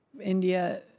India